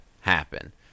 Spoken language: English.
happen